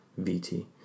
VT